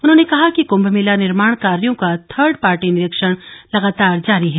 उन्होंने कहा कि कुम्म मेला निर्माण कार्यों का थर्ड पार्टी निरीक्षण लगातार जारी है